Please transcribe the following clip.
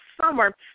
summer